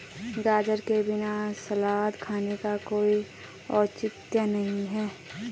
गाजर के बिना सलाद खाने का कोई औचित्य नहीं है